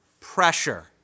pressure